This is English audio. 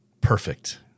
perfect